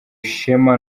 ishema